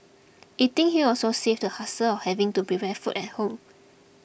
eating here also saves the hassle of having to prepare food at home